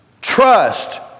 trust